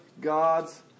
gods